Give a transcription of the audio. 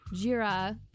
Jira